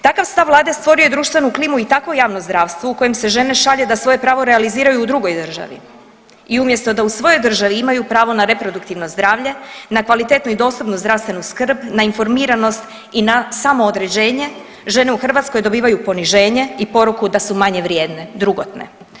Takav stav vlade stvorio je društvenu klimu i takvo javno zdravstvo u kojem se žene šalje da svoje pravo realiziraju u drugoj državi i umjesto da u svojoj državi imaju pravo na reproduktivno zdravlje, na kvalitetnu i dostupnu zdravstvenu skrb, na informiranost i na samoodređenje, žene u Hrvatskoj dobivaju poniženje i da su manje vrijedne, drugotne.